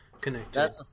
connected